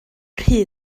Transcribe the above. rhy